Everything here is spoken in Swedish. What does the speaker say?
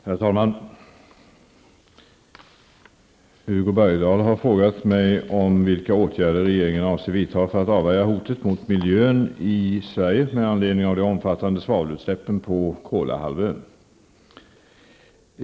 Herr talman! Hugo Bergdahl har frågat mig vilka åtgärder regeringen avser vidta för att avvärja hoten mot miljön i Sverige med anledning av de omfattande svavelutsläppen på Kolahalvön.